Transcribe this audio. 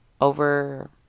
Over